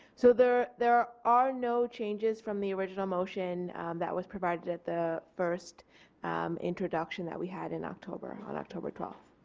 so there there are no changes from the original motion that was provided at the first introduction that we had in october, on october twelve.